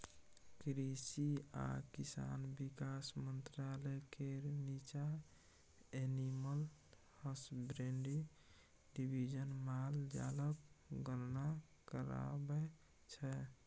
कृषि आ किसान बिकास मंत्रालय केर नीच्चाँ एनिमल हसबेंड्री डिबीजन माल जालक गणना कराबै छै